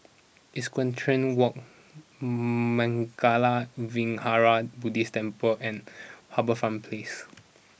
Equestrian Walk Mangala Vihara Buddhist Temple and HarbourFront Place